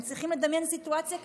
מצליחים לדמיין סיטואציה כזאת?